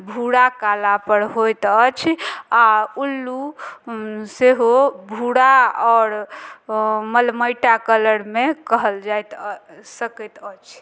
भूरा कालापर होइत अछि आओर उल्लू सेहो भूरा आओर मलमैटा कलरमे कहल जाइत सकैत अछि